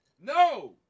No